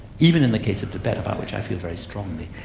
even in the case of tibet, about which i feel very strongly,